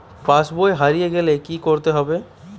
পাশবই হারিয়ে গেলে কি করতে হবে?